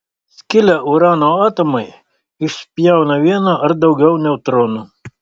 skilę urano atomai išspjauna vieną ar daugiau neutronų